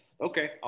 Okay